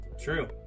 true